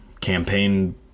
campaign